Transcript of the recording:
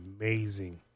amazing